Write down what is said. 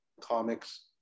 comics